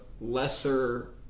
lesser